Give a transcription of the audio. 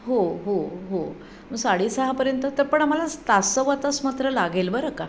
हो हो हो मग साडेसहापर्यंत तर पण आम्हाला तास सव्वा तास मात्र लागेल बरं का